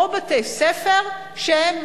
או בתי-ספר שהם,